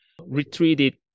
retreated